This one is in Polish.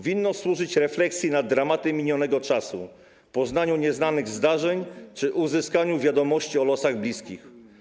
Winno służyć refleksji nad dramatem minionego czasu, poznaniu nieznanych zdarzeń czy uzyskaniu wiadomości o losach bliskich.